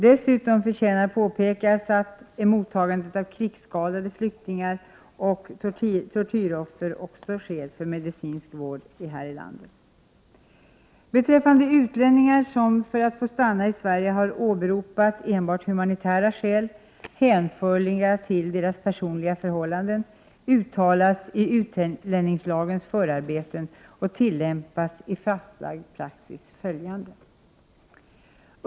Dessutom förtjänar att påpekas att vi också tar emot krigsskadade flyktingar samt tortyroffer för medicinsk vård här i landet. Beträffande utlänningar som för att få stanna i Sverige har åberopat enbart humanitära skäl, hänförliga till deras personliga förhållanden, uttalas i utlänningslagens förarbeten och tillämpas i fastlagd praxis följande.